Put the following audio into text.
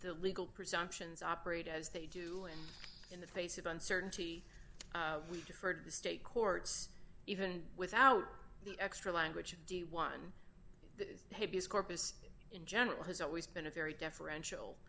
the legal presumptions operate as they do and in the face of uncertainty we defer to the state courts even without the extra language of the one corpus in general has always been a very deferential